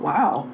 Wow